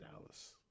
Dallas